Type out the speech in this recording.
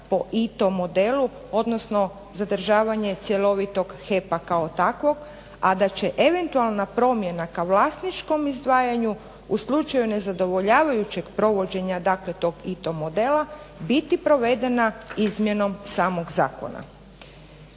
po ITO modelu, održavanje zadržavanje cjelovitog HEP-a kao takvog, a da će eventualna promjena ka vlasničkom izdvajanju u slučaju nezadovoljavajućeg provođenja tog ITO modela biti provedena izmjenom samog zakona.